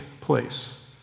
place